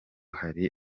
hari